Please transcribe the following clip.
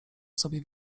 sobie